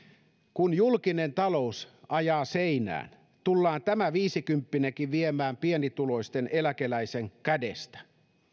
kun julkinen talous ajaa seinään tullaan tämä viisikymppinenkin viemään pienituloisen eläkeläisen kädestä